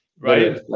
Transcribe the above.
right